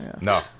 No